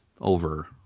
over